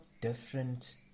different